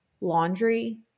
laundry